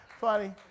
funny